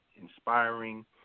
inspiring